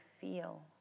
feel